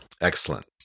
Excellent